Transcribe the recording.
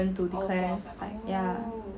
so you cannot even choose the option to declare psych ya